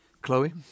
Chloe